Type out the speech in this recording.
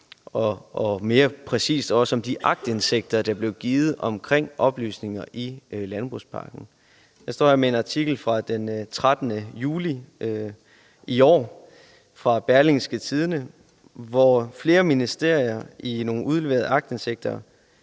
og mere præcist om de aktindsigter, der blev givet vedrørende oplysninger i landbrugspakken. Jeg står her med en artikel fra den 13. juli i år fra Berlingske, hvor flere ministerier i nogle udleverede aktindsigter